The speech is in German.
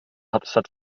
hauptstadt